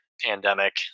pandemic